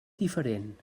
diferent